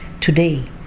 today